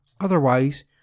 otherwise